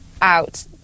out